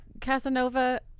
Casanova